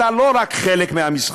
אתה לא רק חלק מהמשחק,